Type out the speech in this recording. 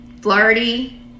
flirty